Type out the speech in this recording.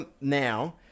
now